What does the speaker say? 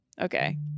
Okay